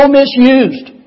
misused